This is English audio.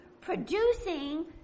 producing